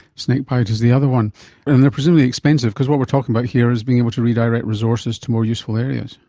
snakebite is the other one. and they are presumably expensive, because what we are talking about here is being able to redirect resources to more useful areas.